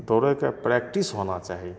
दौड़ैके प्रैक्टिस होना चाही